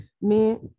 mais